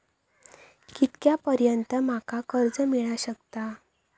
कितक्या पर्यंत माका कर्ज मिला शकता?